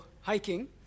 hiking